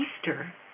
Easter